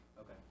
Okay